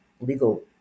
legal